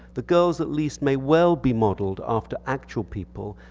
the girls at least may well be modeled after actual people.